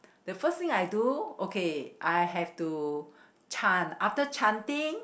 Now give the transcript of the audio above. the first thing I do okay I have to chant after chanting